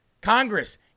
Congress